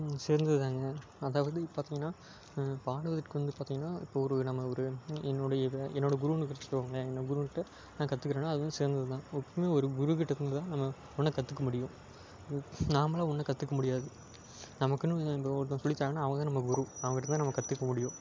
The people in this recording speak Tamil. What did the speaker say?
ம் சிறந்தது தாங்க அதாவது பார்த்திங்கன்னா பாடுவதற்கு வந்து பார்த்திங்கன்னா இப்போது ஒரு நம்ம ஒரு என்னுடைய வே என்னோடய குருனு வச்சுக்கோங்களேன் என்னோடய குருன்ட நான் கற்றுகறேன்னா அது வந்து சிறந்தது தான் எப்பவுமே ஒரு குருக்கிட்ட இருந்து தான் நம்ம ஒன்றா கற்றுக்க முடியும் நாமளாக ஒன்றும் கற்றுக்க முடியாது நமக்குன்னு இப்போ ஒருத்தங்க சொல்லித்தரங்கனால் அவங்க தான் நம்ம குரு அவங்கக்கிட்ட தான் நம்ம கற்றுக்க முடியும்